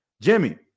Jimmy